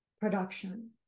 production